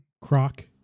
croc